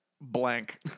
blank